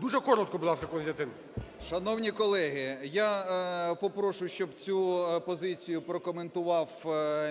Дуже коротко, будь ласка, Костянтин. 13:01:58 ІЩЕЙКІН К.Є. Шановні колеги, я попрошу, щоб цю позицію прокоментував